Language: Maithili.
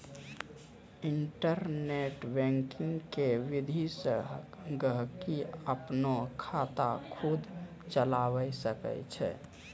इन्टरनेट बैंकिंग के विधि से गहकि अपनो खाता खुद चलावै सकै छै